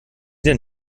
denn